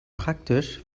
praktisch